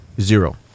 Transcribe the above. Zero